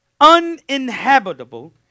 uninhabitable